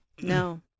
no